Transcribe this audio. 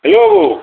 hello